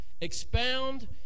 expound